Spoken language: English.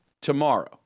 tomorrow